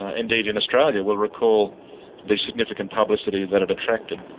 ah indeed in australia, will recall the significant publicity that it attracted.